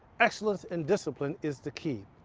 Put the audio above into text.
excellence and discipline is the key.